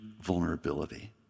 vulnerability